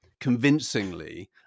convincingly